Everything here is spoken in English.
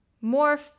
more